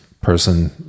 Person